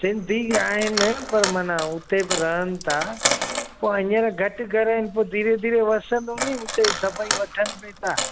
सिंधी आहिनि पर माना हुते बि रहनि था पोइ हींअर घटि घर आहिनि पोइ धीरे धीरे वसंदो नि हुते सभई वठन बि था